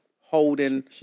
holding